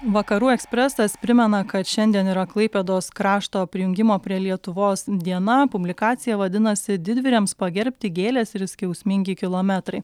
vakarų ekspresas primena kad šiandien yra klaipėdos krašto prijungimo prie lietuvos diena publikacija vadinasi didvyriams pagerbti gėlės ir skiausmingi kilometrai